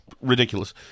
ridiculous